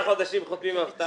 בהינתן זה שתרומה מזכה נמצאת